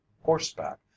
horseback